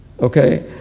okay